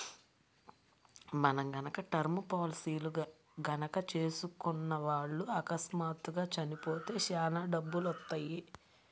మనం గనక టర్మ్ పాలసీలు గనక చేసుకున్న వాళ్ళు అకస్మాత్తుగా చచ్చిపోతే చానా డబ్బులొత్తయ్యి